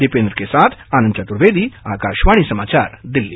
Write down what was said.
दीपेंद्र के साथ आनंद चतुर्वेदी आकाशवाणी समाचार दिल्ली